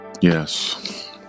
Yes